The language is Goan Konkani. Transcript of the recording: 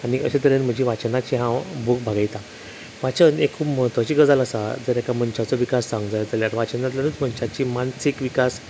आनीक अशें तरेन म्हजी वाचनाची हांव भूक भागयतां वाचन हें महत्वाची गजाल आसा जेका मनशाचो विकास जावंक जाय जाल्यार वाचनांतल्यानूच मनशाची मानसीक विकास